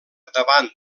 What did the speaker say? davant